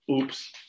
Oops